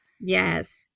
Yes